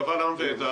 קבל עם ועֵדה,